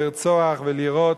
לרצוח ולירות